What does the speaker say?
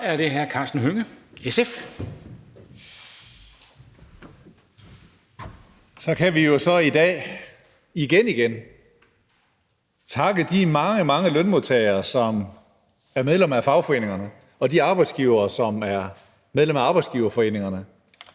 Vi kan i dag – igen igen – takke de mange, mange lønmodtagere, som er medlem af fagforeningerne, og de arbejdsgivere, som er medlem af arbejdsgiverforeningerne,